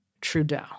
Trudeau